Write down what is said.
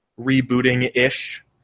rebooting-ish